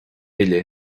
uile